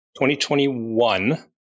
2021